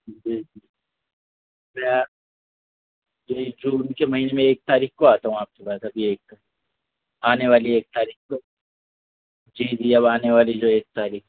جی کیا جی جون کے مہینے میں ایک تاریخ کو آتا ہوں آپ کے پاس ابھی ایک آنے والی ایک تاریخ کو جی جی اب آنے والی جو ایک تاریخ